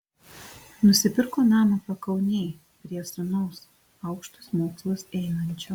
nusipirko namą pakaunėj prie sūnaus aukštus mokslus einančio